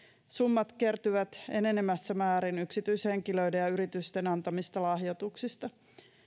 summat kertyvät enenevässä määrin yksityishenkilöiden ja yritysten antamista lahjoituksista